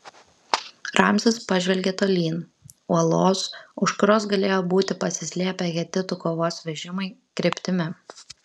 ramzis pažvelgė tolyn uolos už kurios galėjo būti pasislėpę hetitų kovos vežimai kryptimi